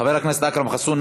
חבר הכנסת אכרם חסון.